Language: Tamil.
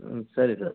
ம் சரி சார்